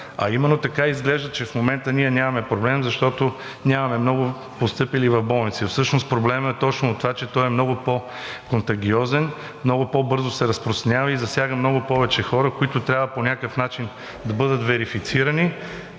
А именно така изглежда, че в момента ние нямаме проблем, защото нямаме много постъпили в болници, а всъщност проблемът е точно от това, че той е много по-контагиозен, много по-бързо се разпространява и засяга много повече хора, които трябва по някакъв начин да бъдат верифицирани,